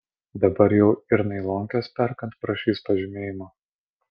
dabar jau ir nailonkes perkant prašys pažymėjimo